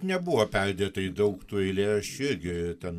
nebuvo perdėtai daug tų eilėraščių irgi ten